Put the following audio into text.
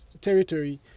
territory